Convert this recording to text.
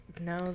No